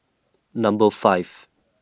Number five